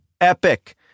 epic